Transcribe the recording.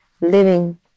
living